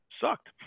sucked